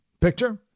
Picture